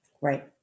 Right